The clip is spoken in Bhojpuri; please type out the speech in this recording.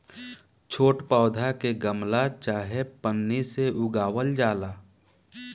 छोट पौधा के गमला चाहे पन्नी में उगावल जाला